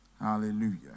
Hallelujah